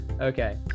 okay